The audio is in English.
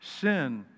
Sin